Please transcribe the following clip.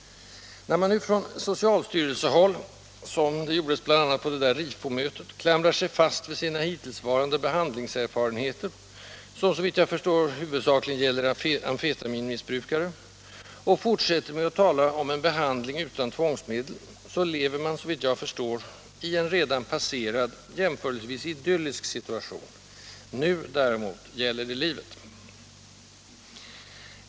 När man nu från socialstyrelsehåll — som man bl.a. gjorde vid det nämnda RIFO-mötet — klamrar sig fast vid sina hittillsvarande behandlingserfarenheter, som såvitt jag förstår huvudsakligen gäller amfetaminmissbrukare, och fortsätter att tala om en behandling utan tvångsmedel, lever man i en redan passerad, jämförelsevis idyllisk situation; nu däremot gäller det livet.